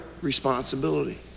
responsibility